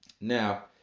Now